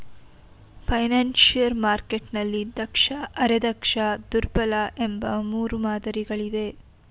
financial ಮಾರ್ಕೆಟ್ನಲ್ಲಿ ದಕ್ಷ, ಅರೆ ದಕ್ಷ, ದುರ್ಬಲ ಎಂಬ ಮೂರು ಮಾದರಿ ಗಳಿವೆ